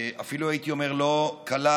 הייתי אומר אפילו לא קלה,